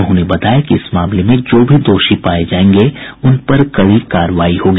उन्होंने बताया कि इस मामले में जो भी दोषी पाये जायेंगे उन पर कड़ी कार्रवाई होगी